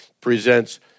presents